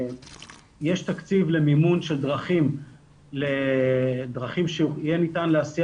יש תקציב למימון של דרכים שיהיה ניתן להסיע